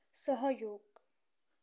सहयोग